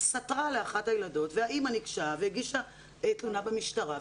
סטרה לאחת הילדות והאימא ניגשה והגישה תלונה במשטרה,